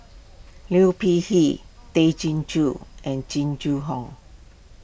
Liu Peihe Tay Chin Joo and Jing Jun Hong